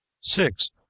Six